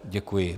Děkuji.